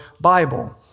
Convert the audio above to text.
Bible